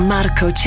Marco